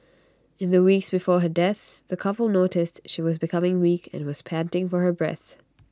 in the weeks before her death the couple noticed she was becoming weak and was panting for her breath